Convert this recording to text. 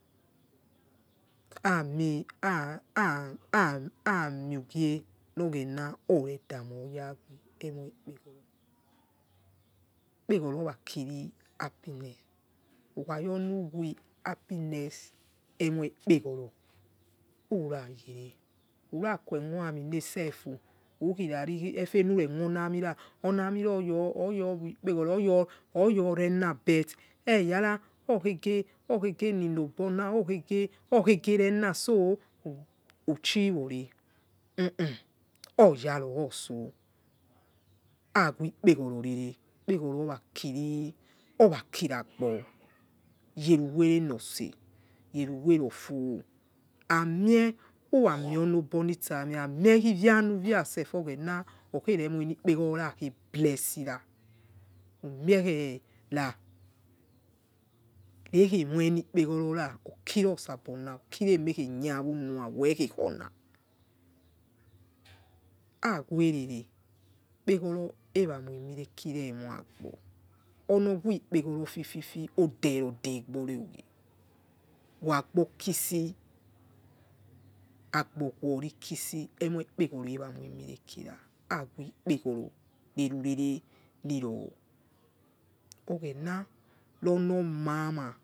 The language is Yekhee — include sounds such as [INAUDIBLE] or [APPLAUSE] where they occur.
Ami [HESITATION] amioghieogena oredioyawe ikpegoro onakiri happiness ukhayonu wi happiness wemoikpegoro urayere uraquemo amine selfu ukirari efenure mionamira oyomoikpegoro oyorena bet eyara okhege nino obona okhegerena so uchi ware hu hu oyaro otso awikpe gororere ikpegoro orakini orakiragbo yereuwere note yerewere ofo ami uramie onobonitsa amie amie iwia nuwia self oghena okhe remoieni ikpegoro ra khebless ira umiekhia rekhemoi nikpegorora okirosabona okiri emekheyanua wekhekona ha werene ikpegoro eramoinaekiremo ono wekpegorofifi oderiro degbori ugie wagbo kisi agbo wori kisi emoi ikpegoro eramoimirekira avekpegoro nereurereniro oghena ror no mamah.